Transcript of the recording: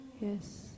Yes